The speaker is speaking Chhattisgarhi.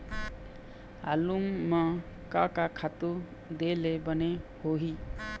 आलू म का का खातू दे ले बने होही?